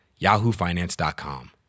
yahoofinance.com